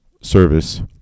Service